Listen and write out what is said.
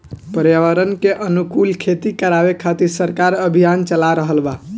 पर्यावरण के अनुकूल खेती करावे खातिर सरकार अभियान चाला रहल बा